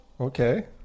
Okay